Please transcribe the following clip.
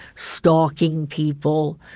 stalking people,